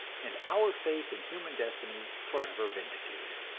and our faith in human destiny forever vindicated.